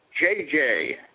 JJ